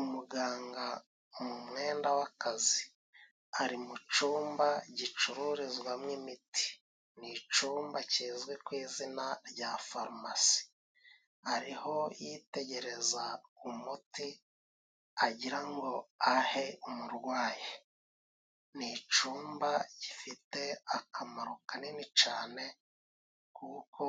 Umuganga mu umwenda w'akazi ari mu icyumba gicururizwamo imiti. Ni icumba kizwi ku izina rya farumasi, ariho yitegereza umuti agirango ahe umurwayi. Ni icmba gifite akamaro kanini cyane kuko